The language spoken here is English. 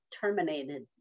terminated